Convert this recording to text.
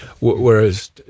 Whereas